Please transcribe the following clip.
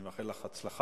אני מאחל לך הצלחה.